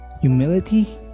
humility